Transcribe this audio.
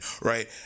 Right